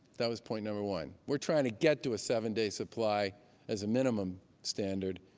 that was point number one. we're trying to get to a seven-day supply as a minimum standard.